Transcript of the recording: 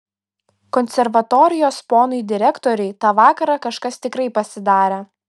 konservatorijos ponui direktoriui tą vakarą kažkas tikrai pasidarė